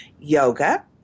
yoga